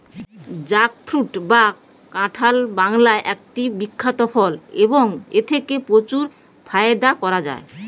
jackfruit বা কাঁঠাল বাংলার একটি বিখ্যাত ফল এবং এথেকে প্রচুর ফায়দা করা য়ায়